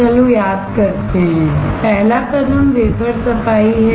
चलो याद करते हैं पहला कदम वेफर सफाई है